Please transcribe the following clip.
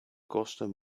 kosten